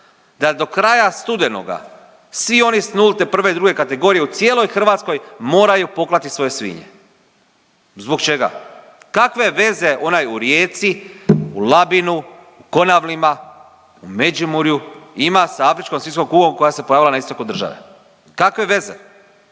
da do kraja studenoga svi oni iz nulte, 1. i 2. kategorije u cijeloj Hrvatskoj moraju poklati svoje svinje. Zbog čega? Kakve veze onaj u Rijeci, u Labinu, u Konavlima, u Međimurju ima sa afričkom svinjskom kugom koja se pojavila na istoku države, kakve veze?